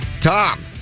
Tom